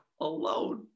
alone